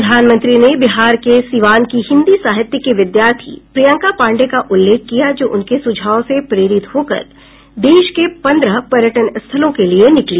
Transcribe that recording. प्रधानमंत्री ने बिहार के सिवान की हिंदी साहित्य की विद्यार्थी प्रियंका पांडे का उल्लेख किया जो उनके सुझाव से प्रेरित होकर देश के पन्द्रह पर्यटन स्थलों के लिए निकली